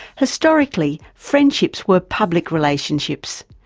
historically, friendships were public relationships,